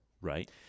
Right